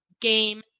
Game